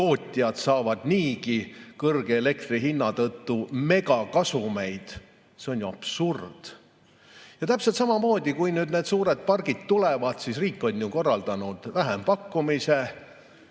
tootjad saavad niigi kõrge elektrihinna tõttu megakasumeid. See on ju absurd! Täpselt samamoodi, kui need suured pargid tulevad, siis riik on ju korraldanud vähempakkumise.